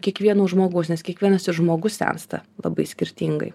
kiekvieno žmogus nes kiekvienas ir žmogus sensta labai skirtingai